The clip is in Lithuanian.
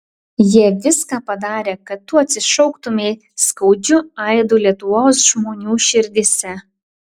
jie viską padarė kad tu atsišauktumei skaudžiu aidu lietuvos žmonių širdyse